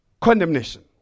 Condemnation